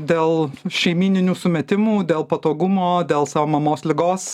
dėl šeimyninių sumetimų dėl patogumo dėl savo mamos ligos